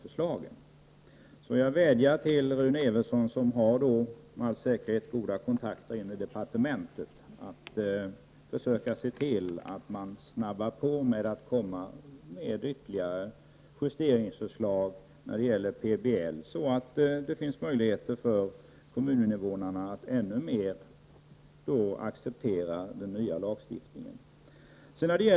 Jag vädjar därför till Rune Evensson, som säkerligen har goda kontakter inom departementet, att försöka se till att ytterligare justeringsförslag i fråga om PBL kommer så fort som möjligt. Då blir det möjligt för kommuninvånarna att än mer acceptera den nya lagstiftningen.